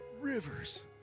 rivers